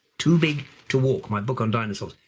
too big to walk, my book on dinosaurs,